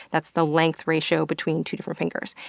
that's the length ratio between two different fingers,